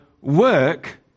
work